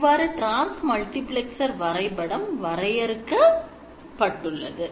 இவ்வாறாக trans multiplexer வரைபடம் வரையறுக்கபட்டுள்ளது